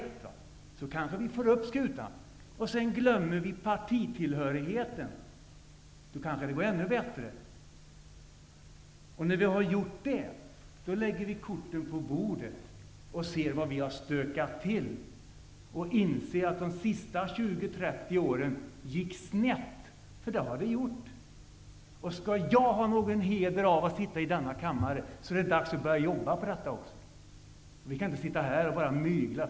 På det sättet kanske vi får upp skutan igen. Vidare glömmer vi detta med partitillhörigheten. Därmed går det kanske ännu bättre. När vi har gjort det lägger vi korten på bordet och ser hur vi har stökat till det. Vi inser då att det under de senaste 20--30 åren har gått snett -- det har det ju gjort. Skall jag ha någon heder av att sitta med i denna kammare, är det dags att börja jobba för dessa saker. Vi kan inte sitta här och bara mygla.